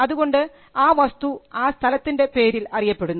അതുകൊണ്ട് ആ വസ്തു ആ സ്ഥലത്തിൻറെ പേരിൽ അറിയപ്പെടുന്നു